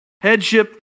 Headship